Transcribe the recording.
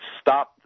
stop